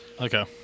Okay